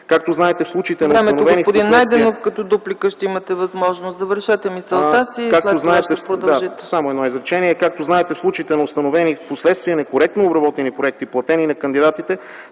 Времето, господин Найденов. Като дуплика ще имате възможност, завършете мисълта си и след това ще продължите.